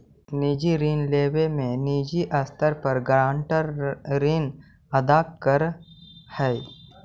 निजी ऋण लेवे में निजी स्तर पर गारंटर ऋण अदा करऽ हई